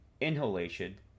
inhalation